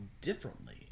differently